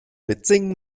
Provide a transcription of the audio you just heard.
mitsingen